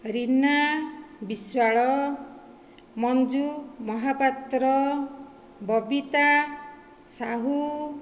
Rina Biswal Manju Mohapatra Babita Sahu